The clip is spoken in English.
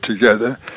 together